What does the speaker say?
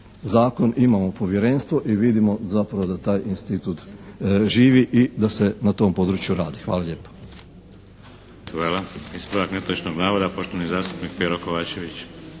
zakon, imamo povjerenstvo i vidimo zapravo da taj institut živi i da se na tom području radi. Hvala lijepo.